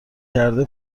کرده